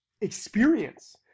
experience